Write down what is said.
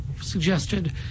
suggested